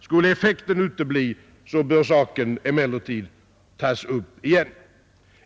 Skulle effekten utebli, bör saken emellertid tas upp igen.